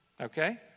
Okay